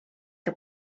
que